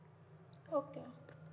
okay